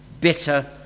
bitter